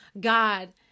God